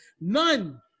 None